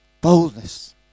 Boldness